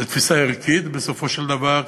זו תפיסה ערכית בסופו של דבר,